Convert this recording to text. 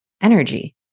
energy